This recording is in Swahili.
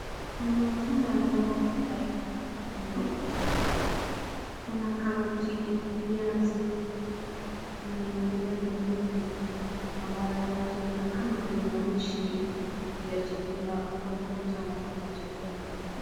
Kuna matunda ya mboga ya aina mingi. Kuna karoti, viazi na menginevyo mengi ambayo yanatumiwa kama viunganishi vya chakula ambapo mtu anapika chakula.